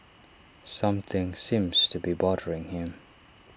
something seems to be bothering him